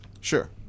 Sure